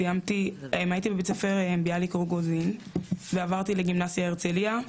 ההייתי בבית ספר ביאליק רוגוזין ועברתי לגימנסיה הרצליה,